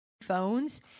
phones